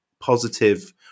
positive